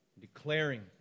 declaring